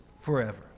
forever